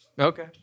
Okay